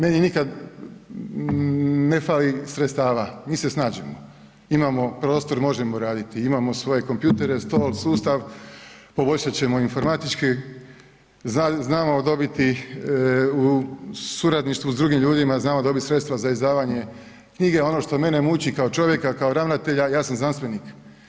Jesmo, a meni nikad ne fali sredstava, mi se snađemo, imamo prostor možemo raditi, imamo svoje kompjutere …/nerazumljivo/… sustav, poboljšat ćemo informatički, znamo dobiti u suradništvu s drugim ljudima znamo dobiti sredstva za izdavanje knjige, ono što mene muči kao čovjeka, kao ravnatelja ja sam znanstvenik.